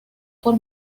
por